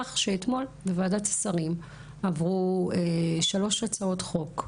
בכך שאתמול בוועדת השרים עברו שלוש הצעות חוק.